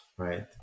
right